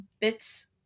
bits